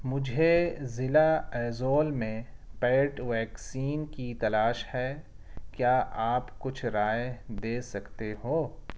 مجھے ضلع ایزول میں پیڈ ویکسین کی تلاش ہے کیا آپ کچھ رائے دے سکتے ہو